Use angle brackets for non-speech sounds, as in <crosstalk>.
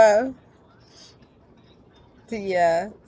<noise> ya